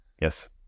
Yes